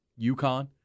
UConn